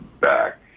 back